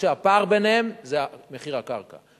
הפער ביניהם זה מחיר הקרקע,